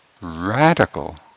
radical